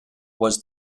was